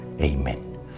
Amen